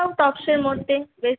তাও টপসের মধ্যে বেশ